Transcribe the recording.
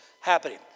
happening